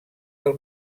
del